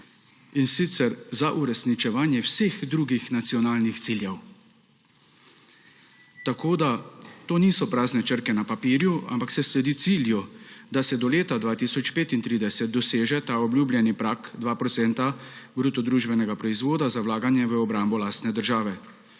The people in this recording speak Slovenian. in sicer za uresničevanje vseh drugih nacionalnih ciljev. To niso prazne črke na papirju, ampak se sledi cilju, da se do leta 2035 doseže ta obljubljeni prag 2 % BDP za vlaganje v obrambo lastne države.